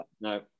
No